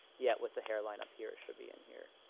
yeah, with the hairline up here, it should be in here.